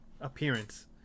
appearance